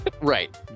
Right